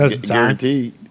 guaranteed